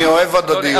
אני אוהב הדדיות.